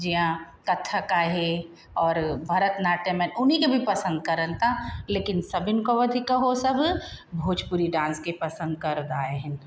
जीअं कथक आहे और भरतनाट्यम आहिनि हुनखे बि पसंदि करनि था लेकिनि सभिनी खां वधीक उहो सभु भोजपुरी डांस खे पसंदि कंदा आहिनि